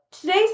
Today's